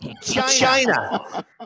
China